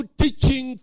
teaching